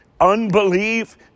unbelief